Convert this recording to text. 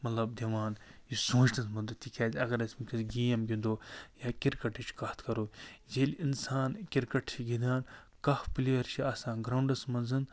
مطلب دِوان یہِ سونٛچنس مدتھ تِکیٛازِ اگر أسۍ وُنکٮ۪س گیٚم گِنٛدو یا کرکٹٕچ کَتھ کَرو ییٚلہِ اِنسان کِرکٹ چھِ گِنٛدان کانٛہہ پُلیر چھِ آسان گرٛاونٛڈس منٛز